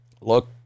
look